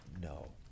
no